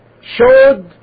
showed